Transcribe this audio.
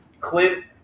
clint